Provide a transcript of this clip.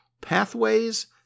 Pathways